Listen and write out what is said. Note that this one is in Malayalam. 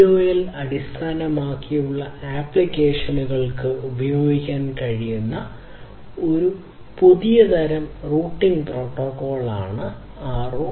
IOL അടിസ്ഥാനമാക്കിയുള്ള ആപ്ലിക്കേഷനുകൾക്ക് ഉപയോഗിക്കാൻ കഴിയുന്ന ഒരു പുതിയ തരം റൂട്ടിംഗ് പ്രോട്ടോക്കോളാണ് ROLL